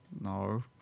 no